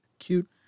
Cute